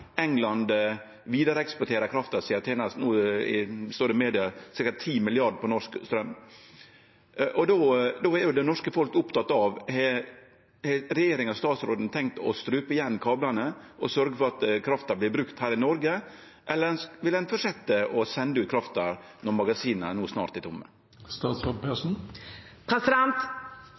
England vidareeksporterer krafta si og tener no, står det i media, ca. 10 mrd. kr på norsk straum. Då er det norske folk oppteke av om regjeringa og statsråden har tenkt å strupe igjen kablane og sørgje for at krafta vert brukt her i Noreg, eller om ein vil fortsetje å sende ut krafta når magasina no snart